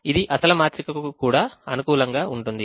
ఇది అసలు మాత్రికకు కూడా అనుకూలంగా ఉంటుంది